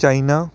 China